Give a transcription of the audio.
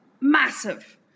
massive